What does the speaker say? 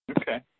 Okay